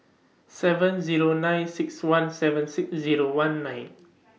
seven Zero nine six one seven six Zero one nine